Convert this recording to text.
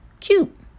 cute